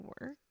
work